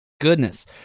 goodness